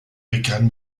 begann